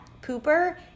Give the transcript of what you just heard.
pooper